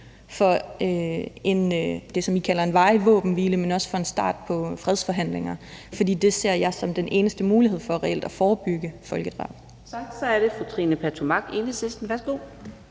varig våbenhvile, men også for en start på fredsforhandlinger, for det ser jeg som den eneste mulighed for reelt at forebygge folkedrab.